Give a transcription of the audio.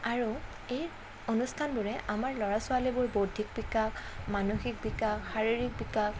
আৰু এই অনুষ্ঠানবোৰে আমাৰ ল'ৰা ছোৱালীবোৰ বৌদ্ধিক বিকাশ মানসিক বিকাশ শাৰীৰিক বিকাশ